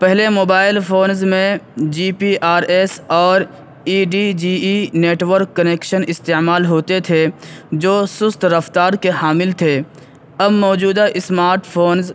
پہلے mobile phones میں G P R S اور E D G E network connection استعمال ہوتے تھے جو سست رفتار کے حامل تھے اب موجودہ اسمارٹ فونس